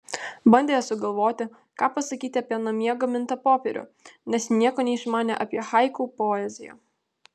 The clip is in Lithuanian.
bandė sugalvoti ką pasakyti apie namie gamintą popierių nes nieko neišmanė apie haiku poeziją